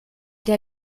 der